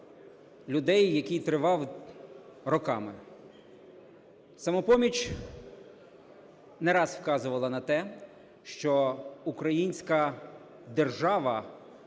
людей, який тривав роками. "Самопоміч" не раз вказувала на те, що українська держава,